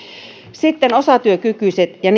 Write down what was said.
sitten osatyökykyiset ja